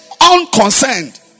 unconcerned